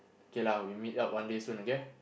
okay lah we meet up one day soon okay